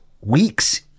weeks